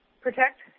protect